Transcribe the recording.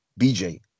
BJ